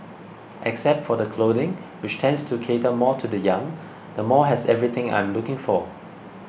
except for the clothing which tends to cater more to the young the mall has everything I am looking for